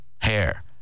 hair